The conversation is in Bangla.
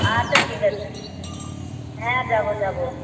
আচ্ছা ঠিক আছে হ্যাঁ যাবো যাবো